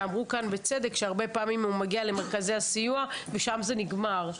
ואמרו כאן בצדק שהרבה פעמים הוא מגיע למרכזי הסיוע ושם זה נגמר.